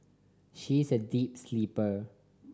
she is a deep sleeper